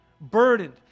burdened